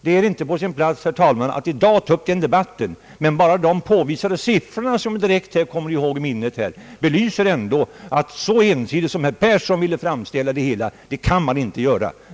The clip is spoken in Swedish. Det är inte på sin plats, herr talman, att i dag ta upp den debatten, men dessa siffror, som jag tagit direkt ur minnet, visar ändå att man inte kan framställa saken så ensidigt som herr Persson ville göra.